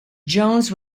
jones